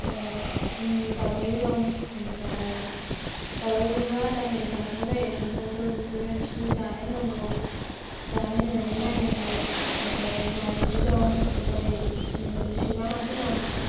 दावरायबो दं ओमफ्राय दावरायनोबो आदार होबाय थानांगौ जायो सानफ्रोमबो बिदिनो बिसोरनो जानाय होनांगौ जानाय होनानै नायनांगौ ओमफ्राय मावजि दं ओमफ्राय सैमा मासे दं